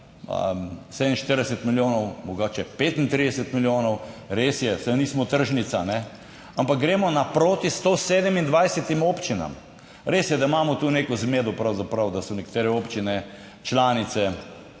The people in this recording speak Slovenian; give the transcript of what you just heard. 47 milijonov, mogoče 35 milijonov. Res je, saj nismo tržnica, ampak gremo naproti 127 občinam. Res je, da imamo tu neko zmedo pravzaprav, da so nekatere občine članice,